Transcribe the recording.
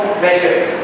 pleasures